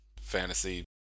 fantasy